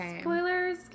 spoilers